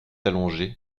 allongé